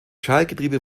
schaltgetriebe